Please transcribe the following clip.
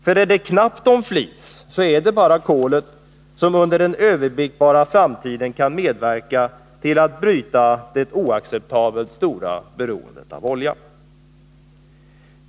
För är det knappt om flis, är det bara kolet som under en överblickbar framtid kan medverka till att bryta det oacceptabelt stora oberoendet av olja.